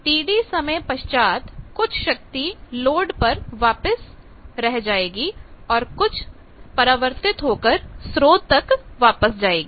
Td समय पश्चात कुछ शक्ति लोड पर वापस रह जाएगी और कुछ परावर्तित होकर स्रोत तक वापस जाएगी